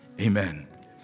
Amen